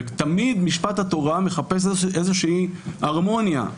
ותמיד משפט התורה מחפש איזושהי הרמוניה,